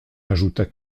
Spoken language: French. ajouta